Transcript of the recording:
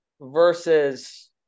versus